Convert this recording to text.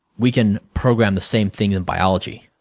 we can program the same thing in biology.